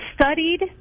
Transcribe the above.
studied